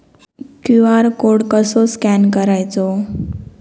QR code कसो scan करायचो?